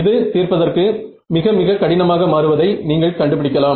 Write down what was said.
இது தீர்ப்பதற்கு மிக மிக கடினமாக மாறுவதை நீங்கள் கண்டுபிடிக்கலாம்